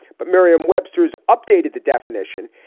but merriam webster's updated the definition.